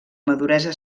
maduresa